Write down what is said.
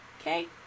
okay